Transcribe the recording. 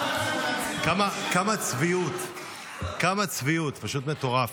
כמה צביעות, פשוט מטורף.